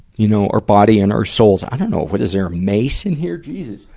you know, our body and our souls i dunno. what is there, mace in here? jesus